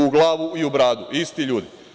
U glavu i u bradu, isti ljudi.